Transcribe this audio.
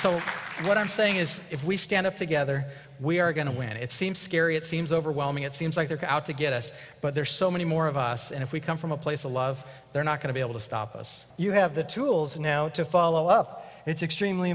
so what i'm saying is if we stand up together we are going to win it seems scary it seems overwhelming it seems like they're out to get us but there are so many more of us and if we come from a place of love they're not going to be able to stop us you have the tools now to follow up it's extremely